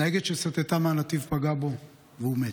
נהגת שסטתה מהנתיב פגעה בו והוא מת.